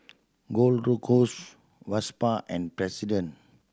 Gold Road cause Vespa and President